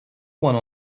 one